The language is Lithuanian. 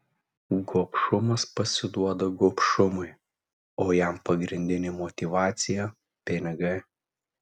gobšumas pasiduoda gobšumui o jam pagrindinė motyvacija pinigai